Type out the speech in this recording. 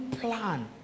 plan